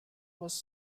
was